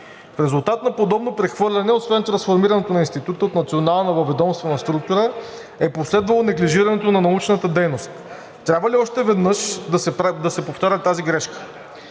резултат на подобно прехвърляне освен трансформирането на Института от национална във ведомствена структура е последвалото неглижиране на научната дейност. Трябва ли още веднъж да се повтаря тази грешка?